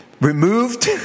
removed